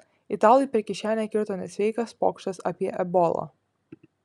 italui per kišenę kirto nesveikas pokštas apie ebolą